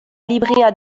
librea